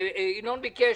וינון אזולאי ביקש,